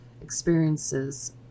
experiences